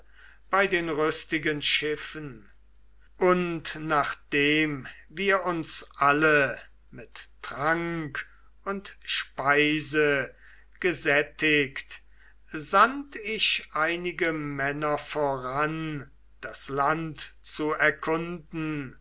bei den rüstigen schiffen und nachdem wir uns alle mit trank und speise gesättigt sandt ich einige männer voran das land zu erkunden